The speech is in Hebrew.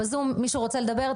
בזום מישהו רוצה לדבר?